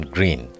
Green